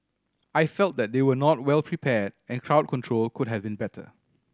I felt that they were not well prepared and crowd control could have been better